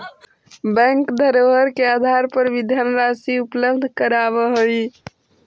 bank धरोहर के आधार पर भी धनराशि उपलब्ध करावऽ हइ